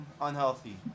unhealthy